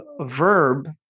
verb